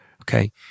Okay